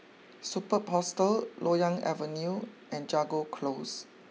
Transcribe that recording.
Superb Hostel Loyang Avenue and Jago close